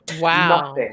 Wow